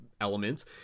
elements